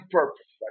purpose